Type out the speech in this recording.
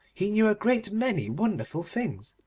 he knew a great many wonderful things.